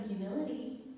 humility